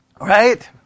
Right